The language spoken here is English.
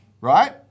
Right